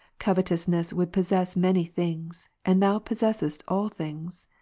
covetousness would possess many things and thou possessest all things.